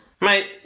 Mate